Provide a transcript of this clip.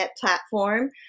platform